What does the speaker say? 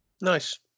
Nice